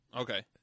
Okay